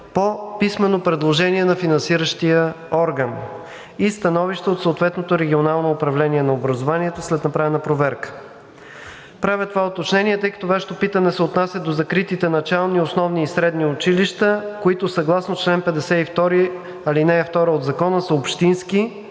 по писмено предложение на финансиращия орган и становище от съответното регионално управление на образованието след направена проверка. Правя това уточнение, тъй като Вашето питане се отнася до закритите начални, основни и средни училища, които съгласно чл. 52, ал. 2 от Закона са общински,